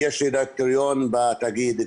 יש לי דירקטוריון בתאגיד.